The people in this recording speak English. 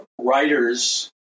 writers